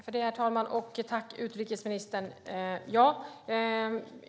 Herr talman! Jag tackar utrikesministern.